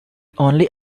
only